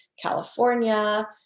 California